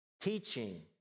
teaching